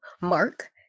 Mark